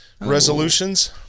resolutions